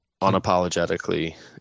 unapologetically